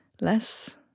less